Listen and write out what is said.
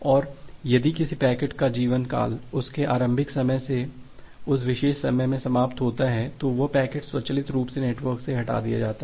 और यदि किसी पैकेट का जीवनकाल उसके आरंभिक समय से उस विशेष समय में समाप्त होता है तो वह पैकेट स्वचालित रूप से नेटवर्क से हटा दिया जाता है